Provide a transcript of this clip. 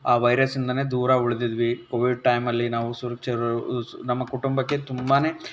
ಆ ವೈರಸ್ಸಿಂದಲೇ ದೂರ ಉಳಿದಿದ್ವಿ ಕೋವಿಡ್ ಟೈಮಲ್ಲಿ ನಾವು ನಮ್ಮ ಕುಟುಂಬಕ್ಕೆ ತುಂಬಾ